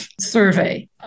survey